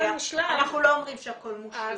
מושלם --- אנחנו לא אומרים שהכל מושלם.